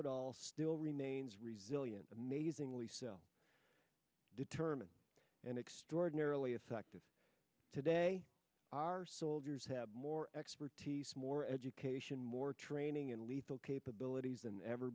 it all still remains resilient amazingly so determined and extraordinarily effective today our soldiers have more expertise more education more training and lethal capabilities than ever